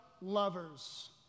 lovers